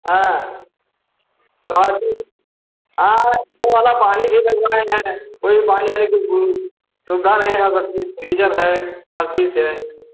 हाँ पीने वाला पानी भी भी है कोई पानी वानी की सुविधा नही है बाकी गीज़र है हर चीज है